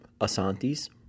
Asante's